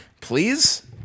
please